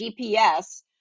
GPS